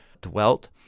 dwelt